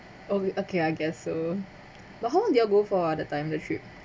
oh okay I guess so but how long they all go for ah that time the trip